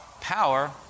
power